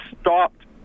stopped